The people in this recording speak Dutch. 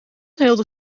heelde